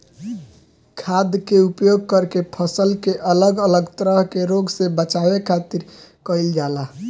खाद्य के उपयोग करके फसल के अलग अलग तरह के रोग से बचावे खातिर कईल जाला